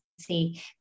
see